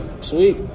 sweet